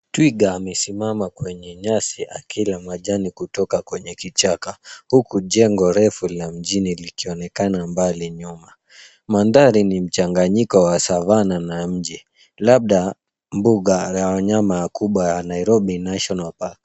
Twiga amesimama kwenye nyasi akila majani kutoka kwenye kichaka huku jengo refu la mjini likionekana mbali nyuma. Mandhari ni mchanganyiko wa savannah na mji, labda mbuga ya wanyama kubwa ya, Nairobi national Park.